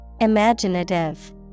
Imaginative